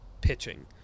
pitching